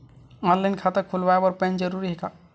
Online खाता खुलवाय बर पैन जरूरी हे का?